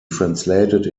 translated